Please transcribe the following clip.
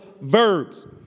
verbs